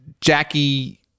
Jackie